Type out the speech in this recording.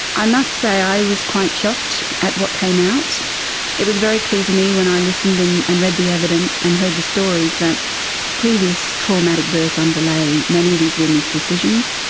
i must say, i was quite shocked at what came out it was very clear to me when i listened and and read the evidence and heard the stories that previous traumatic births underlay many of these women's decisions.